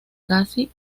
casi